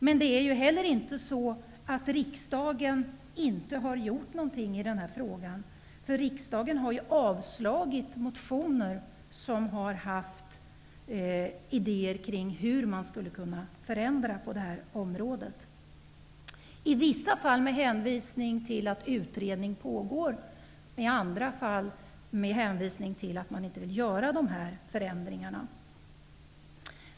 Men det är heller inte så att riksdagen inte har gjort någonting i den här frågan. Riksdagen har avslagit motioner som har haft idéer kring hur man skulle kunna förändra på det här området, i vissa fall med hänvisning till att utredning pågår, i andra fall med hänvisning till att man inte vill göra de här förändringarna.